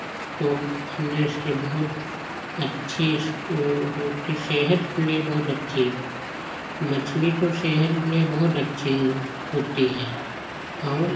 उसको खाने से बहुत अच्छी वह होती सेहत के लिए बहुत अच्छी है मछली तो सेहत के लिए बहुत अच्छी होती है और